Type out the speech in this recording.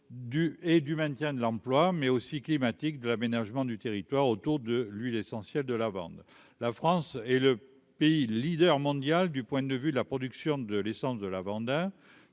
et du maintien de l'emploi mais aussi climatique de l'aménagement du territoire autour de l'huile essentiel de lavande, la France est le pays leader mondial du point de vue de la production de l'essence de la Vanda